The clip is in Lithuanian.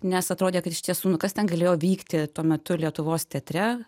nes atrodė kad iš tiesų nu kas ten galėjo vykti tuo metu lietuvos teatre